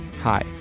Hi